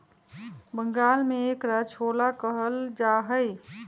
बंगाल में एकरा छोला कहल जाहई